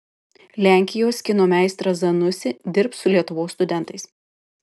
lenkijos kino meistras zanussi dirbs su lietuvos studentais